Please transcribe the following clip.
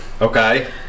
Okay